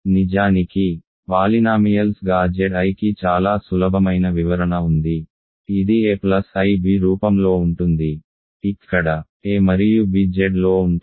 నిజానికి పాలినామియల్స్ గా Z iకి చాలా సులభమైన వివరణ ఉంది ఇది a ప్లస్ ib రూపంలో ఉంటుంది ఇక్కడ a మరియు b Zలో ఉంటాయి